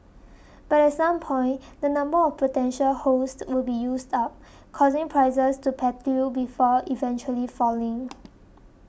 but at some point the number of potential hosts would be used up causing prices to plateau before eventually falling